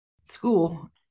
school